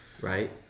right